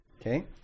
Okay